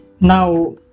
now